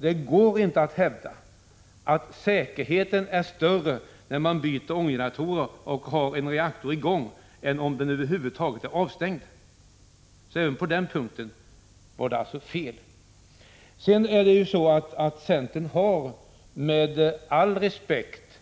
Det går inte att hävda att säkerheten blir större om man byter ånggeneratorer och har en reaktor i gång än om reaktorn är avstängd. Även på den punkten var det alltså fel. Centern har all respekt